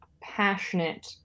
passionate